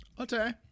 Okay